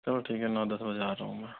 चलो ठीक है नौ दस बजे आ जाऊंगा